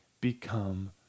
become